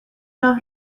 راه